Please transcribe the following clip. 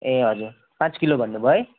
ए हजुर पाँच किलो भन्नु भयो है